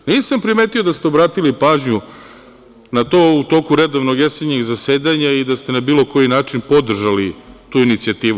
Nisam primetio da ste obratili pažnju na to u toku redovnog jesenjeg zasedanja i da ste na bilo koji način podržali tu inicijativu.